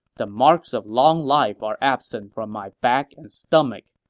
the marks of long life are absent from my back and stomach.